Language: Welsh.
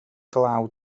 glaw